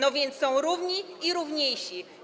Tak więc są równi i równiejsi.